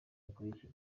bikurikira